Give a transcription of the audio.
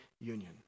union